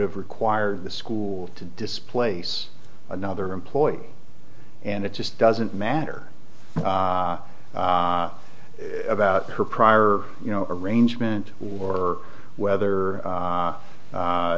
have required the school to displace another employee and it just doesn't matter about her prior you know arrangement or whether